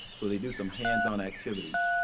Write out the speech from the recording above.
so they do some hands on activities.